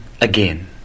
again